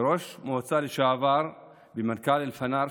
כראש מועצה לשעבר ומנכ"ל אלפנאר,